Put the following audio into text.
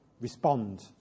respond